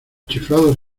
chiflados